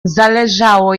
zależało